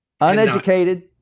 uneducated